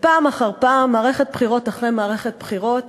ופעם אחר פעם, מערכת בחירות אחרי מערכת בחירות,